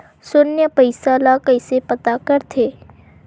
शून्य पईसा ला कइसे पता करथे?